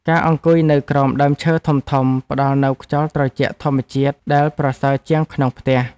ការអង្គុយនៅក្រោមដើមឈើធំៗ ផ្តល់នូវខ្យល់ត្រជាក់ធម្មជាតិដែលប្រសើរជាងក្នុងផ្ទះ។